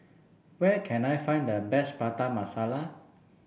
where can I find the best Prata Masala